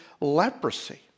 leprosy